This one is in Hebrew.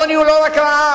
עוני הוא לא רק רעב.